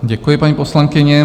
Děkuji, paní poslankyně.